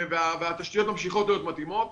והתשתיות ממשיכות להיות לא מתאימות.